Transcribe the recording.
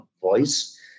voice